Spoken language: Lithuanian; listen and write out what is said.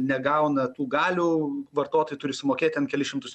negauna tų galių vartotojai turi sumokėt ten kelis šimtus